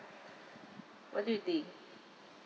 what do you think